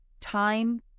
time